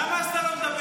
למה אז אתה לא מדבר?